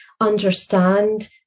understand